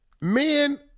Men